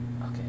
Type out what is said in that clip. Okay